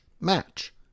match